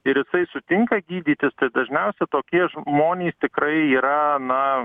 ir jisai sutinka gydytis tai dažniausia tokie žmonės tikrai yra na